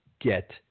get